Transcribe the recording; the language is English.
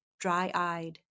dry-eyed